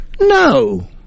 No